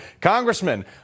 Congressman